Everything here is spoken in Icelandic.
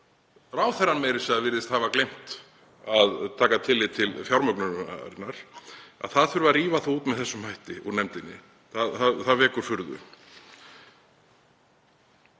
meira að segja virðist hafa gleymt að taka tillit til fjármögnunarinnar, að það þurfi að rífa það út með þessum hætti úr nefndinni. Það vekur furðu.